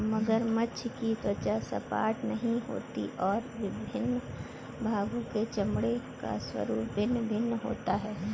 मगरमच्छ की त्वचा सपाट नहीं होती और विभिन्न भागों के चमड़े का स्वरूप भिन्न भिन्न होता है